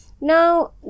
Now